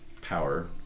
power